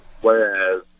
Whereas